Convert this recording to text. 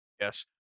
Yes